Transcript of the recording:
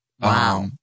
Wow